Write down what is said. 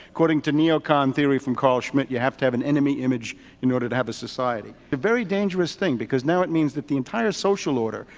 according to neocon theory from carl schmitt, you have to have an enemy image in order to have a society. a very dangerous thing because now it means that the entire social order,